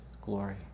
glory